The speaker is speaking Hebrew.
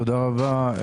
תודה רבה.